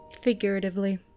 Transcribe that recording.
figuratively